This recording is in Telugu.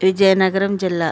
విజయనగరం జిల్లా